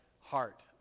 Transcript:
heart